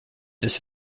this